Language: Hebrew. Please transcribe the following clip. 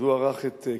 אז הוא ערך את,